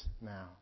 now